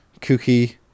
kooky